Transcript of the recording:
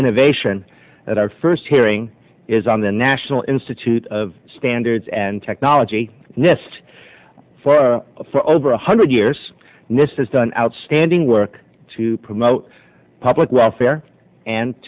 innovation at our first hearing is on the national institute of standards and technology nest for over one hundred years and this has done outstanding work to promote public welfare and